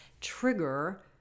trigger